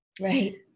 Right